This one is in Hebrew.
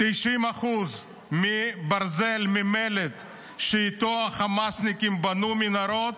90% מהברזל והמלט, שאיתם החמאסניקים בנו מנהרות,